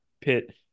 pit